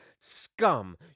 scum